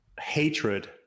hatred